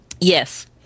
Yes